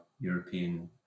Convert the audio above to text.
European